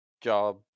job